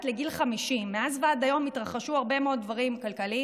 לגיל 50. מאז ועד היום התרחשו הרבה מאוד דברים כלכליים,